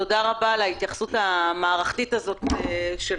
תודה רבה על ההתייחסות המערכתית הזאת שלך.